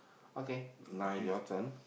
okay now your time